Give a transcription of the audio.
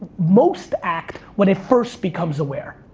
most act when it first becomes aware.